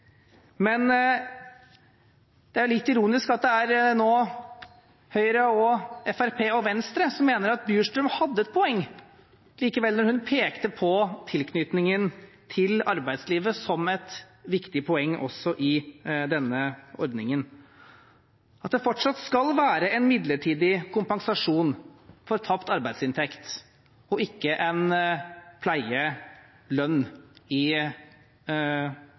Men det er litt ironisk at det nå er Høyre, Fremskrittspartiet og Venstre som mener at Bjurstrøm hadde et poeng likevel da hun pekte på tilknytningen til arbeidslivet som et viktig poeng også i denne ordningen, og at det fortsatt skal være en midlertidig kompensasjon for tapt arbeidsinntekt og ikke en pleielønn i